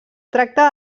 tracta